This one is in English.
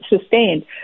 sustained